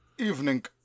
Evening